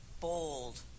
bold